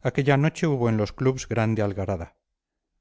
aquella noche hubo en los clubs grande algarada